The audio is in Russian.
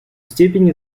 степени